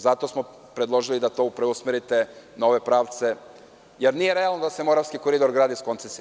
Zato smo predložili da to preusmerite na ove pravce jer nije realno da se Moravski koridor gradi iz koncesije.